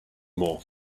more